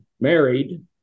married